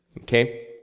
okay